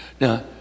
Now